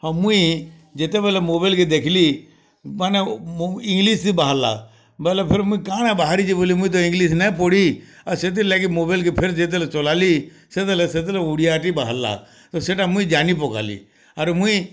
ହଁ ମୁଇଁ ଯେତେବେଲେ ମୋବାଇଲ୍ କେ ଦେଖିଲି ମାନେ ଇଂଲିଶି ବାହାରିଲା ବୋଲେ ଫିର୍ କାଣ ବାହାରିଛି ବୋଲି ମୁଇ ତ ଇଂଲିଶ୍ ନା ପଢ଼ି ସେଥିର୍ ଲାଗି ମୋବାଇଲ୍ କେ ଫିର୍ ଯେତେବେଲେ ଚଲାଲି ସେତେବେଲେ ସେଥିରେ ଓଡ଼ିଆଟି ବାହାରିଲା ସେଇଟା ମୁଇଁ ଜାନି ପକେଇଲି ଆରେ ମୁଇଁ